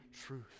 truth